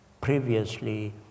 previously